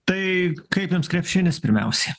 tai kaip jums krepšinis pirmiausiai